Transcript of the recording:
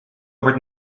быть